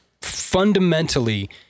fundamentally